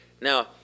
Now